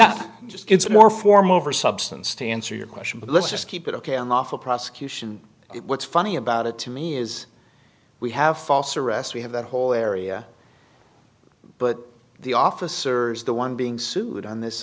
not just gets more form over substance to answer your question but let's just keep it ok unlawful prosecution what's funny about it to me is we have false arrest we have that whole area but the officers the one being sued on this